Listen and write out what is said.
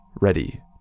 ready